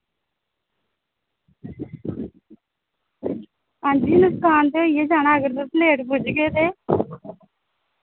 आं जी नुक्सान होई गै जाना लेट पुजगे ते